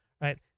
right